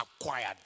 acquired